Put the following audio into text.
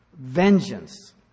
vengeance